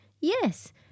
Yes